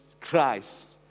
Christ